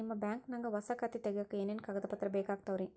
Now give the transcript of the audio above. ನಿಮ್ಮ ಬ್ಯಾಂಕ್ ನ್ಯಾಗ್ ಹೊಸಾ ಖಾತೆ ತಗ್ಯಾಕ್ ಏನೇನು ಕಾಗದ ಪತ್ರ ಬೇಕಾಗ್ತಾವ್ರಿ?